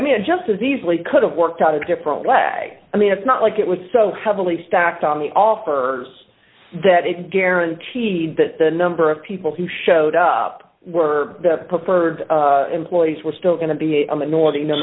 i mean it just as easily could've worked out a different way i mean it's not like it was so heavily stacked on the offer that it guaranteed that the number of people who showed up were the preferred employees were still going to be a minority no